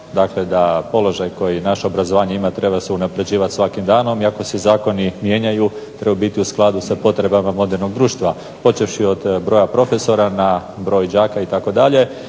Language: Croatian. dakle da položaj koji naše obrazovanje ima treba se unapređivat svakim danom i ako se zakoni mijenjaju trebaju biti u skladu sa potrebama modernog društva, počevši od broja profesora na broj đaka itd.